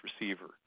receiver